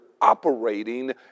operating